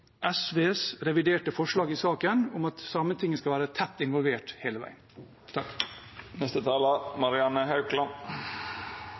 SVs reviderte forslag i saken, om at Sametinget skal være tett involvert hele veien.